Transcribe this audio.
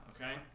okay